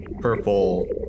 purple